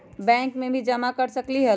Bank में भी जमा कर सकलीहल?